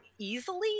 easily